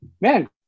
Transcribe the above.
Man